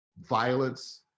violence